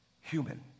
human